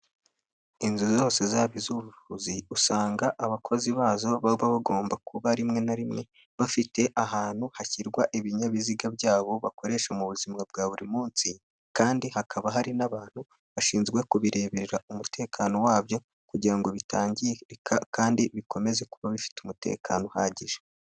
Inzu zose zaba iz'ubuvuzi usanga abakozi bazo baba bagomba kuba rimwe na rimwe bafite ahantu hashyirwa ibinyabiziga byabo bakoresha mu buzima bwa buri munsi kandi hakaba hari n'abantu bashinzwe kubireberara umutekano wabyo kugirango bitangirika kandi bikomeze kuba bifite umutekano uhagije.